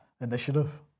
initiative